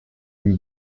une